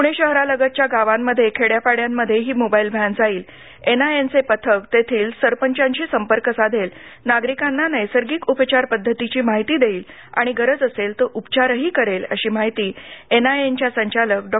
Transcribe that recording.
पुणे शहरालगतच्या गावांमध्ये खेड्यापाड्यांमध्ये ही मोबाईल व्हप्त जाईल एनआयएऩचे पथक तेथील सरपंचांशी संपर्क साधेल नागरिकांना नैसर्गिक उपचार पद्धतीची माहिती देईल आणि गरज असेल तर उपचारही करेल अशी माहिती एनआयएनच्या संचालक डॉ